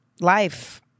life